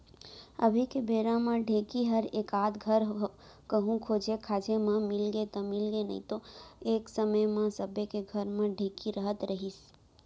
अभी के बेरा म ढेंकी हर एकाध धर कहूँ खोजे खाजे म मिलगे त मिलगे नइतो एक समे म सबे के घर म ढेंकी रहत रहिस